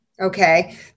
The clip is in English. okay